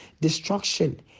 destruction